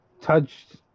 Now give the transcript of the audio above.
touched